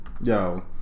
yo